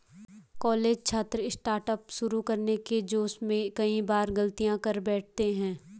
college छात्र startup शुरू करने के जोश में कई बार गलतियां कर बैठते हैं